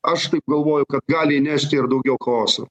aš taip galvoju kad gali įnešti ir daugiau chaoso